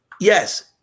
Yes